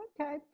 Okay